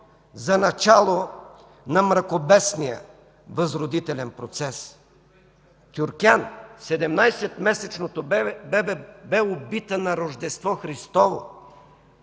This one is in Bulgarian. за начало на мракобесния възродителен процес. Тюркян – 17-месечното бебе, бе убита на Рождество Христово.